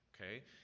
okay